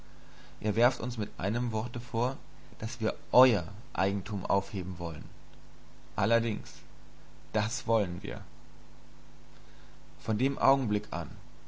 ihr werft uns mit einem worte vor daß wir euer eigentum aufheben wollen allerdings das wollen wir von dem augenblick an